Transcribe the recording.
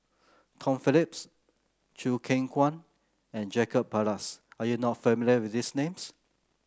Tom Phillips Choo Keng Kwang and Jacob Ballas are you not familiar with these names